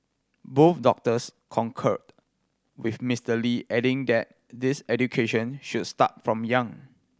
both doctors concurred with Mister Lee adding that this education should start from young